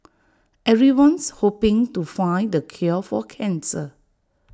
everyone's hoping to find the cure for cancer